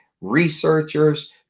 researchers